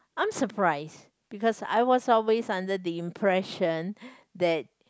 I'm surprise because I was always under the impression that